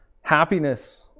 happiness